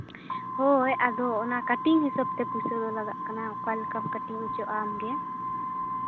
ᱦᱳᱭ ᱟᱫᱚ ᱚᱱᱟ ᱠᱟᱴᱤᱝ ᱦᱤᱥᱟᱹᱵ ᱛᱮ ᱯᱩᱭᱥᱟᱹ ᱫᱚ ᱞᱟᱜᱟᱜ ᱠᱟᱱᱟ ᱚᱠᱟ ᱞᱮᱠᱟᱢ ᱠᱟᱴᱤᱝ ᱦᱚᱪᱚᱜᱼᱟ ᱟᱢᱜᱮ